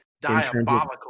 Diabolical